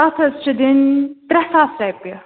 اَتھ حظ چھِ دِنۍ ترٛےٚ ساس رۄپیہِ